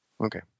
Okay